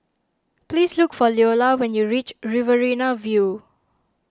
please look for Leola when you reach Riverina View